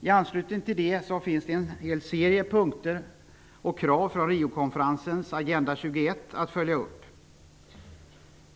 I anslutning till det skall en serie punkter och krav från Riokonferensens Agenda 21 följas upp.